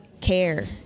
care